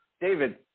David